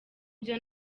byo